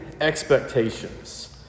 Expectations